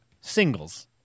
singles